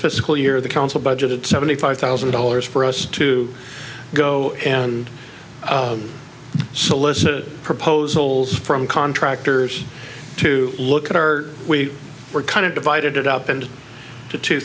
fiscal year the council budget it's seventy five thousand dollars for us to go and solicit proposals from contractors to look at our we were kind of divided it up and to two